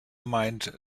meint